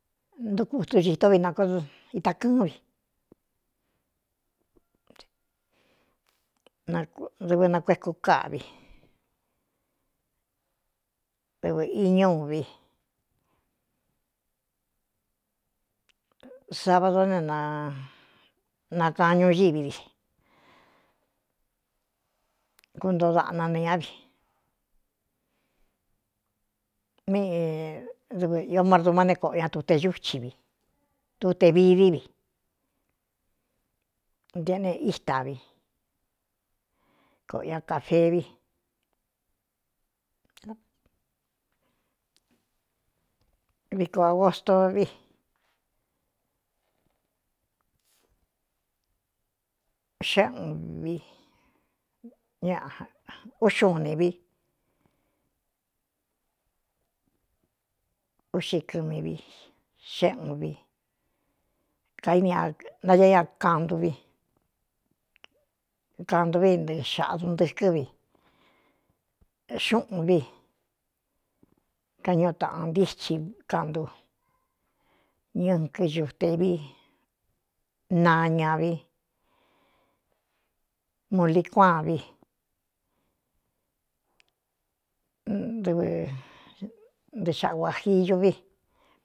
Ntukutu citó vi nako itakɨ́ɨ́n vi dɨvɨ nakuéku káꞌ vi dɨvɨ̄ iñúuvi sava dó ne nakaan ñuíví di kuntoo daꞌna ne ñá vi míi dɨvɨ īó mardumá ne koꞌo ña tute úchi vi tute vi dí vi ntiꞌne íta vi koꞌo ña kāfee vi viko ābgosto vi ꞌxéꞌun vi ña úxuu nī vi úꞌxi kɨmi vi xéꞌun vi kaíni naa ña kanvi kāndu vi nɨɨ xaꞌdundɨ̄kɨ́ vi xúꞌūn vi kañuꞌu taꞌan ntíchi kantu ñɨɨkɨ cute i vi naña vi muuli cuaan vivɨ ntɨɨ xa guā jiyu vi.